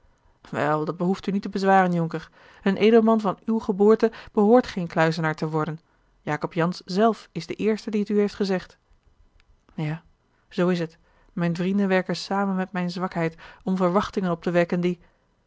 wel dat behoeft u niet te bezwaren jonker een edelman van uwe geboorte behoort geen kluizenaar te worden jacob jansz zelf is de eerste die het u heeft gezegd a zoo is het mijne vrienden werken samen met mijne zwakheid om verwachtingen op te wekken die